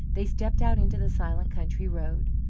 they stepped out into the silent country road.